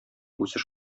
үсеш